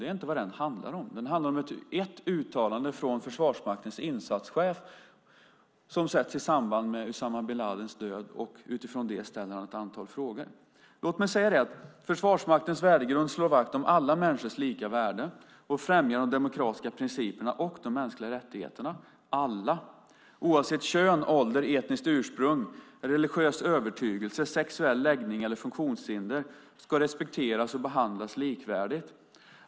Det är inte vad den handlar om. Den handlar om ett uttalande från Försvarsmaktens insatschef som sätts i samband med Usama bin Ladins död. Utifrån det ställs ett antal frågor. Låt mig säga att Försvarsmaktens värdegrund slår vakt om alla människors lika värde, främjande av de demokratiska principerna och de mänskliga rättigheterna. Alla, oavsett kön, ålder, etniskt ursprung, religiös övertygelse, sexuell läggning eller funktionshinder ska respekteras och behandlas likvärdigt.